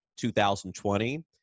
2020